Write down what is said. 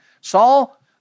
Saul